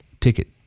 ticket